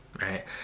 right